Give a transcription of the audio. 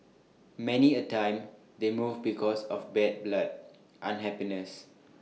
many A time they move because of bad blood unhappiness